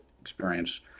experience